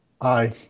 Aye